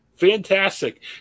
Fantastic